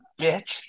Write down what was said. bitch